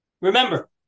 Remember